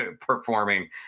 performing